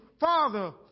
Father